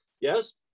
yes